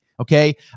okay